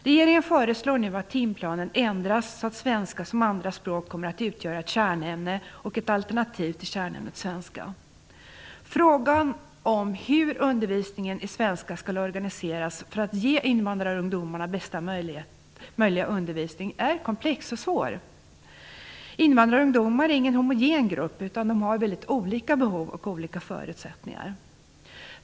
Regeringen föreslår nu att timplanen ändras så att svenska som andra språk kommer att utgöra ett kärnämne och ett alternativ till kärnämnet svenska. Frågan om hur undervisningen i svenska skall organiseras för att ge invandrarungdomar bästa möjliga undervisning är komplex och svår. Invandrarungdomar utgör ingen homogen grupp, utan har väldigt olika behov och förutsättningar.